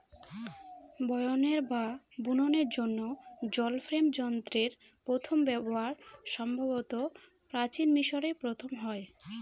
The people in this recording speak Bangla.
বয়নের বা বুননের জন্য জল ফ্রেম যন্ত্রের প্রথম ব্যবহার সম্ভবত প্রাচীন মিশরে প্রথম হয়